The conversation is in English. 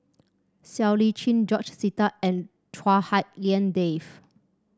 Siow Lee Chin George Sita and Chua Hak Lien Dave